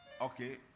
okay